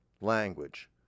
language